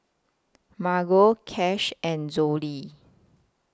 Margo Cash and Zollie